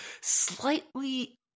slightly